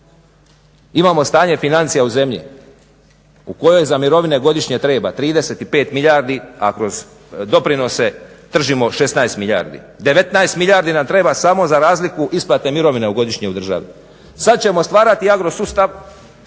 Imamo stanje financija u zemlji u kojoj za mirovine godišnje treba 35 milijardi a kroz doprinose tržimo 16 milijardi. 19 milijardi nam treba samo za razliku isplate mirovine godišnje u državi. Sad ćemo stvarati agro sustav,